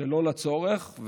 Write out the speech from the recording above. שלא לצורך.